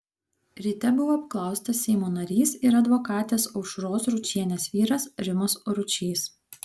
ryte buvo apklaustas seimo narys ir advokatės aušros ručienės vyras rimas ručys